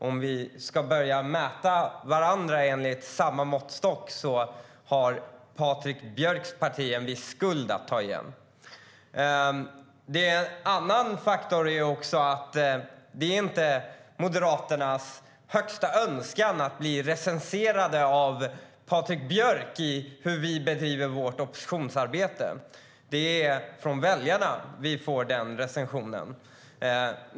Om vi ska börja mäta varandra enligt samma måttstock har Patrik Björcks parti en viss skuld att ta igen. En annan faktor är att det inte är Moderaternas högsta önskan att bli recenserade av Patrik Björck för hur vi bedriver vårt oppositionsarbete. Det är från väljarna vi får den recensionen.